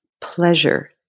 pleasure